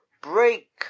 Break